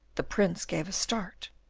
the prince gave a start,